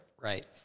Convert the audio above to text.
Right